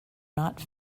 not